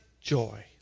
joy